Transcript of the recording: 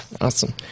Awesome